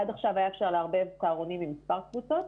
עד עכשיו היה אפשר לערבב צהרונים עם מספר קבוצות,